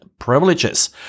privileges